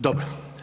Dobro.